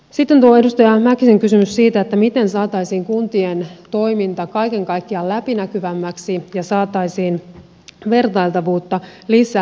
sitten edustaja mäkisen kysymys siitä miten saataisiin kuntien toiminta kaiken kaikkiaan läpinäkyvämmäksi ja saataisiin vertailtavuutta lisää